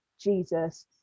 Jesus